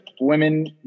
women